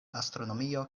astronomio